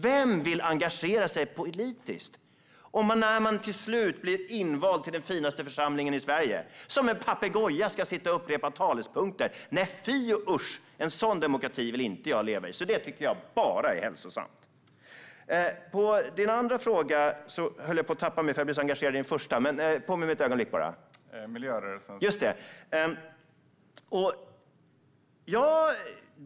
Vem vill engagera sig politiskt om man, när man till slut blir invald i den finaste församlingen i Sverige, som en papegoja ska sitta och upprepa talepunkter? Nej, fy och usch! En sådan demokrati vill inte jag leva i! Det tycker jag bara är hälsosamt. Nu höll jag på att tappa bort mig när det gäller din andra fråga, för jag blev så engagerad i den första.